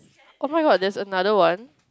oh-my-God there's another one